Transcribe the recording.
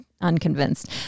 unconvinced